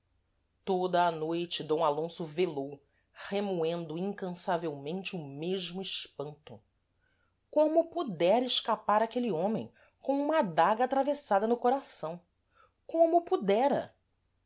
toda a noite d alonso velou remoendo incansavelmente o mesmo espanto como pudera escapar aquele homem com uma adaga atravessada no coração como pudera